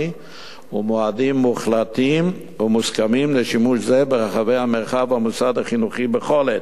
ומועדים מוחלטים ומוסכמים לשימוש זה ברחבי המוסד החינוכי בכל עת,